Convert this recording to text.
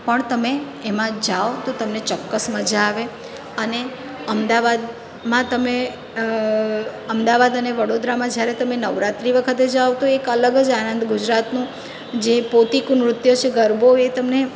પણ તમે એમાં જાઓ તો તમને ચોક્કસ મજા આવે અને અમદાવાદમાં તમે અમદાવાદ અને વડોદરામાં જ્યારે તમે નવરાત્રિ વખતે જાઓ તો એક અલગ જ આનંદ ગુજરાતનું જે પોતિકું નૃત્ય છે ગરબો એ તમને